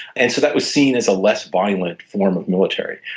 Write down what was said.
and so that was seen as a less violent form of military.